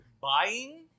Buying